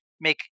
Make